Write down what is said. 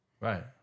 Right